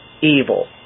evil